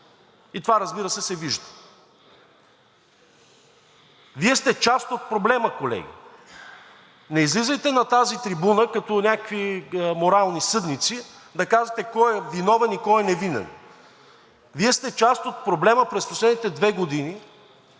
и това, разбира се, се вижда. Вие сте част от проблема, колеги. Не излизайте на тази трибуна като някакви морални съдници да казвате кой е виновен и кой е невинен. Вие сте част от проблема през последните две години,